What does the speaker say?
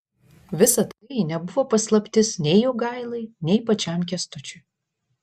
visa tai nebuvo paslaptis nei jogailai nei pačiam kęstučiui